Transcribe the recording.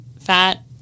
fat